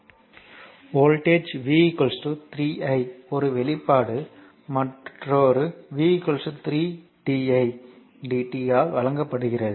voltage V 3 i ஒரு வெளிப்பாடு மற்றொரு V 3 di dt ஆல் வழங்கப்படுகிறது